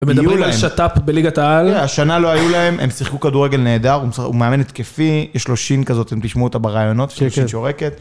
הם מדברים על שת"פ בליגת העל. השנה לא היו להם, הם שיחקו כדורגל נהדר, הוא מאמן התקפי, יש לו שין כזאת, אתם תשמעו אותה בראיונות שין שורקת.